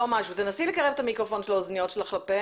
שלום לכולם.